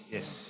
Yes